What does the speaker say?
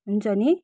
हुन्छ नि